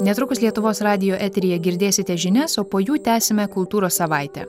netrukus lietuvos radijo eteryje girdėsite žinias o po jų tęsime kultūros savaitę